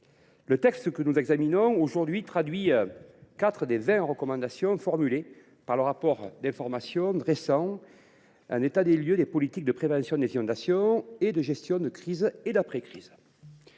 le texte que nous examinons aujourd’hui traduit quatre des vingt recommandations formulées dans le rapport d’information dressant un état des lieux des politiques de prévention des inondations et de gestion de crise et d’après crise.